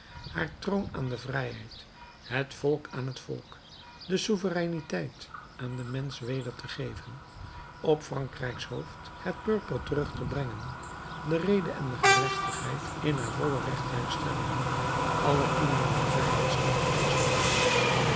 haar troon aan de vrijheid het volk aan het volk de souvereiniteit aan den mensch weder te geven op frankrijks hoofd het purper terug te brengen de rede en de gerechtigheid in haar volle recht te herstellen alle kiemen van vijandschap te verstikken